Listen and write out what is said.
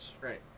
Right